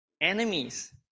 enemies